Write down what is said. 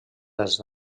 dels